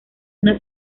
una